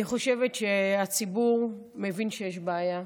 אני חושבת שהציבור מבין שיש בעיה.